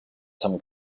some